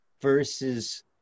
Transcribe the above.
versus